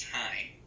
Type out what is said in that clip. time